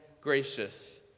gracious